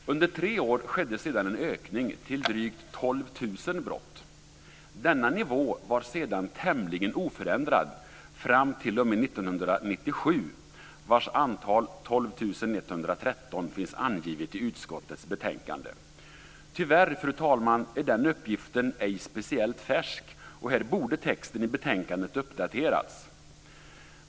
Under tre år skedde sedan en ökning till drygt 12 000 brott. Denna nivå var tämligen oförändrad fram t.o.m. 1997, vars antal, 12 113, finns angivet i utskottets betänkande. Tyvärr, fru talman, är den uppgiften ej speciellt färsk. Här borde texten i betänkandet ha uppdaterats.